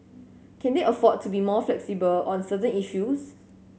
can they afford to be more flexible on certain issues